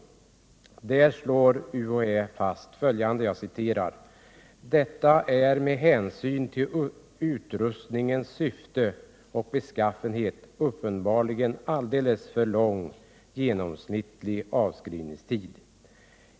UHÄ slår fast följande: ”Detta är med hänsyn till utrustningens syfte och beskaffenhet uppenbarligen en alldeles för lång genomsnittlig avskrivningstid.